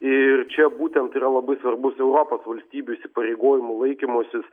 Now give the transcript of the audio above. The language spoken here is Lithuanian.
ir čia būtent yra labai svarbus europos valstybių įsipareigojimų laikymasis